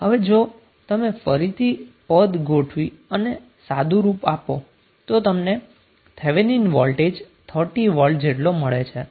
હવે જો તમે ફરીથી પદ ગોઠવી અને સાદુરૂપ આપો તો તમને થેવેનિન વોલ્ટેજ 30V જેટલો મળે છે